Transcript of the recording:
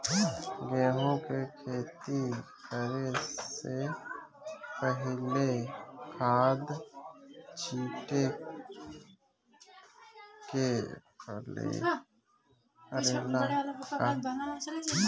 गेहू के खेती करे से पहिले खाद छिटे के परेला का?